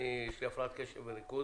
ויש לי הפרעת קשב וריכוז